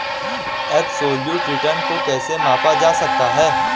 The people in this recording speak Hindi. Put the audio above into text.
एबसोल्यूट रिटर्न को कैसे मापा जा सकता है?